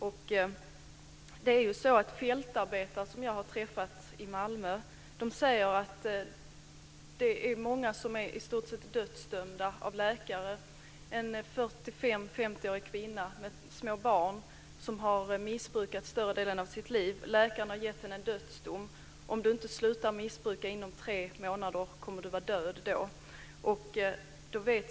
Fältarbetare i Malmö som jag har träffat säger att det finns många som i stort sett är dödsdömda av läkarna. Ta en 45-50-årig kvinna med små barn som har missbrukat i större delen av sitt liv. Läkarna har gett henne en dödsdom: Om du inte slutar missbruka inom tre månader kommer du att dö.